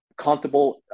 comfortable